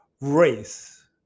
race